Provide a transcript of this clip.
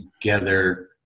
together